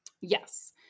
yes